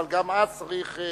אבל גם אז צריך,